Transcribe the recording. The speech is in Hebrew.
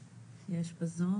הבריאות?